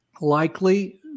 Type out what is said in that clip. likely